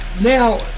Now